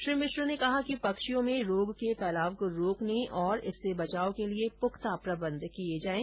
श्री मिश्र ने कहा कि पक्षियों में रोग के फैलाव को रोकने और इससे बचाव के लिए पुख्ता प्रबन्ध किये जाये